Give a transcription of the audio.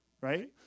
right